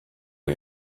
you